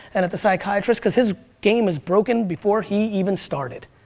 and at the psychiatrist cause his game is broken before he even started.